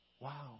Wow